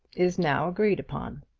is now agreed upon.